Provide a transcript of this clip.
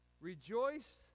rejoice